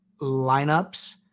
lineups